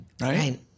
right